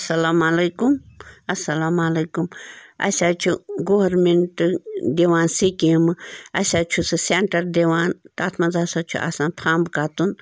السَلامُ علیکُم السَلامُ علیکُم اَسہِ حظ چھِ گورمیٚنٹ دِوان سِکیٖمہٕ اَسہِ حظ چھُ سُہ سٮ۪نٹر دِوان تَتھ منٛز ہَسا چھُ آسان فمب کَتُن